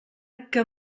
que